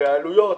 והעלויות